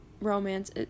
romance